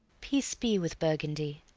peace be with burgundy!